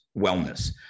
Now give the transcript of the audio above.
wellness